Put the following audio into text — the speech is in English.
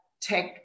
tech